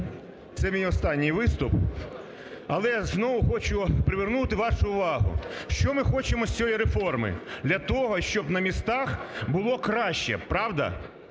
Це мій останній виступ. Але знову хочу привернути вашу увагу. Що ми хочемо з цієї реформи? Для того, щоб на місцях було краще, правда?